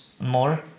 more